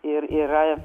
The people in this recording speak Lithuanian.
ir yra